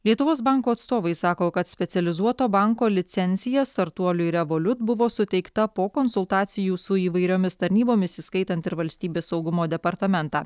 lietuvos banko atstovai sako kad specializuoto banko licencija startuoliui revoliut buvo suteikta po konsultacijų su įvairiomis tarnybomis įskaitant ir valstybės saugumo departamentą